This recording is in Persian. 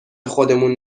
خودمون